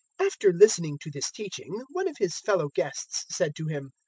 after listening to this teaching, one of his fellow guests said to him,